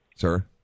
sir